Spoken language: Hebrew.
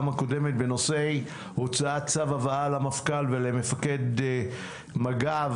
הקודמת: הוצאת צו הבאה למפכ"ל ולמפקד משמר הגבול.